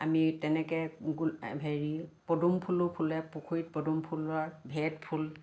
আমি তেনেকৈ হেৰি পদুম ফুলো ফুলে পুখুৰীত পদুম ফুলৰ ভেঁট ফুল